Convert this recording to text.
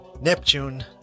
Neptune